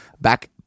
back